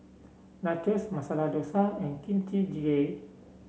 Nachos Masala Dosa and Kimchi Jjigae